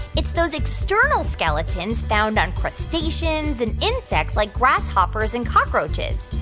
it's those external skeletons found on crustaceans and insects, like grasshoppers and cockroaches.